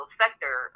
sector